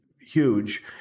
huge